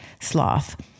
sloth